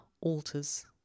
alters